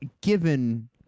Given